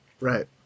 Right